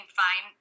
find